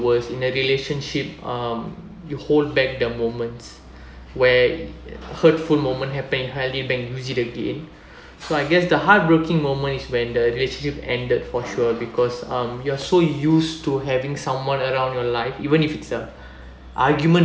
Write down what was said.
worst in a relationship um you hold back the moments where hurtful moment happened highly again so I guess the heartbreaking moment is when the relationship ended for sure because um you're so used to having someone around your life even if it's a argument